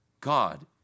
God